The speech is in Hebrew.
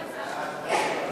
אצלנו זה קצת בעייתי.